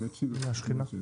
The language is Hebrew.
לא יודע.